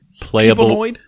Playable